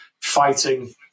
fighting